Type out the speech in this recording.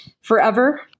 forever